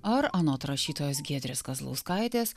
ar anot rašytojos giedrės kazlauskaitės